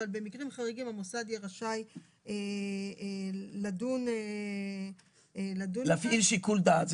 אבל במקרים חריגים המוסד יהיה רשאי לדון --- להפעיל שיקול דעת.